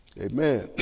Amen